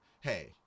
hey